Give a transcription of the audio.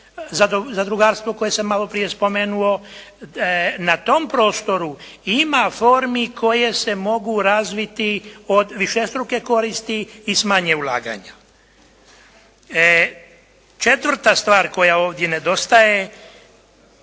zadrugarstvo koje sam malo prije spomenuo. Na tom prostoru ima formi koje se mogu razviti od višestruke koristi i s manje ulaganja. Četvrta stvar koja ovdje nedostaje,